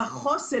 בחוסן.